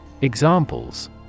Examples